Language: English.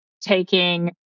taking